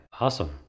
awesome